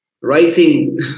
Writing